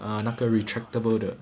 ah 那个 retractable 的